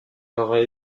aurait